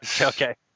okay